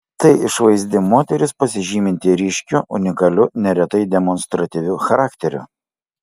tai išvaizdi moteris pasižyminti ryškiu unikaliu neretai demonstratyviu charakteriu